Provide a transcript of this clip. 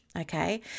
Okay